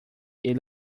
ele